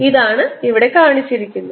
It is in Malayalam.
ഇതാണ് ഇവിടെ കാണിച്ചിരിക്കുന്നത്